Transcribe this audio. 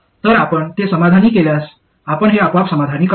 तर आपण ते समाधानी केल्यास आपण हे आपोआप समाधानी कराल